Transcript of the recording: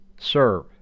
serve